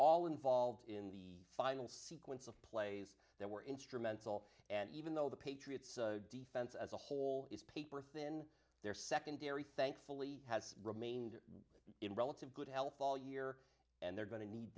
all involved in the final sequence of plays that were instrumental and even though the patriots defense as a whole is paper thin their secondary thankfully has remained in relative good health all year and they're going to need